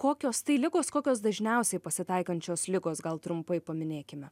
kokios tai ligos kokios dažniausiai pasitaikančios ligos gal trumpai paminėkim